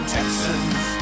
Texans